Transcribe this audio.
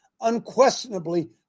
unquestionably